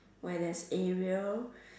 where there is Ariel